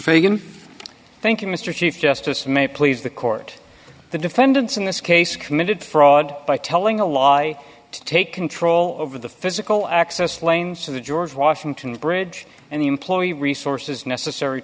you mr chief justice may please the court the defendants in this case committed fraud by telling a lie to take control over the physical access lanes to the george washington bridge and the employee resources necessar